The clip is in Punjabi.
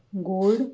ਗੁੜ